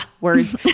words